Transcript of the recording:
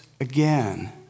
again